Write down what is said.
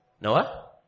Noah